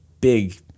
big